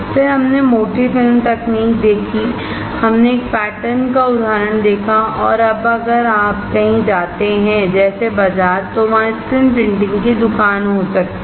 फिर हमने मोटी फिल्म तकनीक देखी हमने एक पैटर्न का उदाहरण देखा और अब अगर आप कहीं जाते हैं जैसे बाजार तो वहां स्क्रीन प्रिंटिंग की दुकान हो सकती है